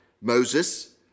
Moses